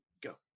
go